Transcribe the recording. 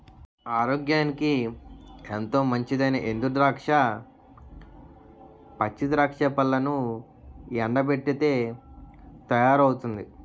ఆరోగ్యానికి ఎంతో మంచిదైనా ఎండు ద్రాక్ష, పచ్చి ద్రాక్ష పళ్లను ఎండబెట్టితే తయారవుతుంది